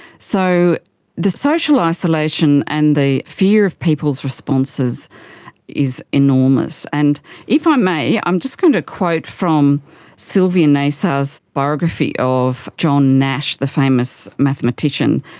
so the social isolation and the fear of people's responses is enormous and if i um may, i'm just going to quote from sylvia nasar's biography of john nash, the famous mathematician,